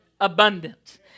abundant